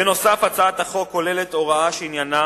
בנוסף, הצעת החוק כוללת הוראה שעניינה